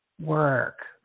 work